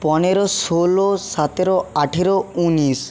পনেরো ষোলো সাতেরো আঠেরো উনিশ